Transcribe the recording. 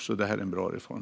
Det är alltså en bra reform.